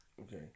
Okay